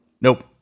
Nope